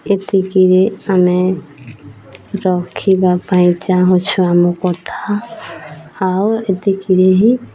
ଏତିକିରେ ଆମେ ରଖିବା ପାଇଁ ଚାହୁଁଛୁ ଆମ କଥା ଆଉ ଏତିକିରେ ହିଁ